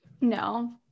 No